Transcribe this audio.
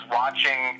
watching